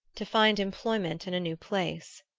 to find employment in a new place.